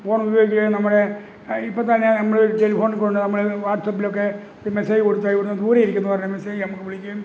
phone ഉപയോഗിക്കുകയും നമ്മുടെ ഇപ്പം തന്നെ നമ്മൾ ടെലിഫോൺ കൊണ്ട് നമ്മുടെ വാട്സപ്പിലൊക്കെ മെസേജ് കൊടുത്താൽ ഇവിടേ നിന്നു ദൂരെ ഇരിക്കുന്നവരെ മെസേജ് നമുക്കു വിളിക്കുകയും